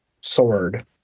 sword